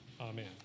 Amen